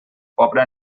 pobre